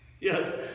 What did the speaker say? Yes